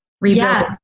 rebuild